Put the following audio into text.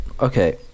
Okay